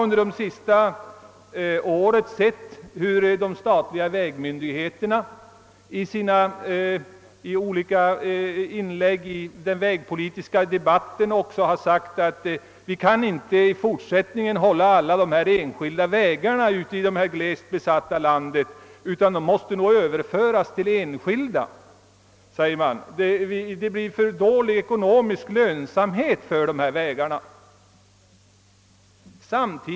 Under det senaste året har vi sett hur de statliga vägmyndigheterna i olika inlägg i den vägpolitiska debatten sagt att de i fortsättningen inte kan underhålla alla allmänna vägar i dessa glesbygder, utan vissa sådana måste nog överföras till enskilt underhåll. Det blir för dåligt trafikunderlag på dem.